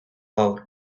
gaur